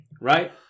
Right